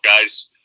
guys